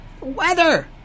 Weather